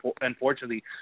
unfortunately